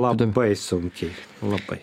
labai sunkiai labai